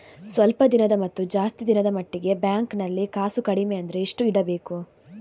ಸ್ವಲ್ಪ ದಿನದ ಮತ್ತು ಜಾಸ್ತಿ ದಿನದ ಮಟ್ಟಿಗೆ ಬ್ಯಾಂಕ್ ನಲ್ಲಿ ಕಾಸು ಕಡಿಮೆ ಅಂದ್ರೆ ಎಷ್ಟು ಇಡಬೇಕು?